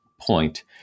point